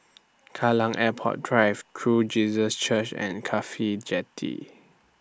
Kallang Airport Drive True Jesus Church and Cafhi Jetty